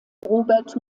robert